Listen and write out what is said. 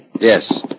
Yes